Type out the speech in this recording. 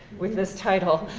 with this title.